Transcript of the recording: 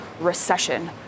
recession